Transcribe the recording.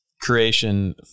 creation